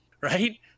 right